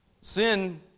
Sin